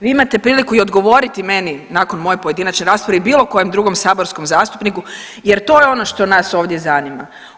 Vi imate priliku i odgovoriti meni nakon moje pojedinačne rasprave i bilo kojem drugom saborskom zastupniku jer to je ono što nas ovdje zanima.